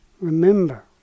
Remember